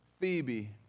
Phoebe